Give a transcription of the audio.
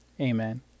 Amen